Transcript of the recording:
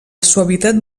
suavitat